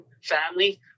family